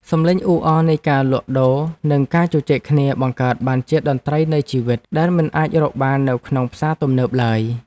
សំឡេងអ៊ូអរនៃការលក់ដូរនិងការជជែកគ្នាបង្កើតបានជាតន្ត្រីនៃជីវិតដែលមិនអាចរកបាននៅក្នុងផ្សារទំនើបឡើយ។